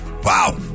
Wow